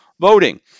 voting